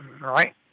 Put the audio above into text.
right